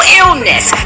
illness